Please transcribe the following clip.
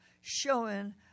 showing